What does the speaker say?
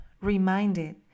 reminded